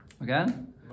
Again